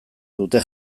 dute